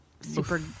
super